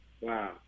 Wow